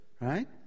Right